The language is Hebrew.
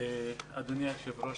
אדוני היושב ראש,